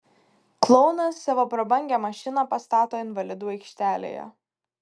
klounas savo prabangią mašiną pastato invalidų aikštelėje